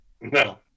No